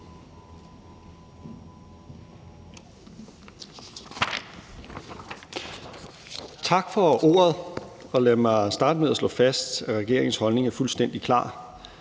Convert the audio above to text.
Tak for ordet. Lad mig starte med at slå fast, at regeringens holdning er fuldstændig klar.